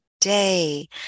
day